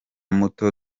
muto